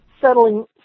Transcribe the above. settling